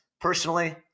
Personally